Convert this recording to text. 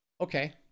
okay